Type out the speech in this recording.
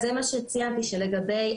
האם המשרד לביטחון פנים רוצה להתייחס לעניין?